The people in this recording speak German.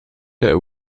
der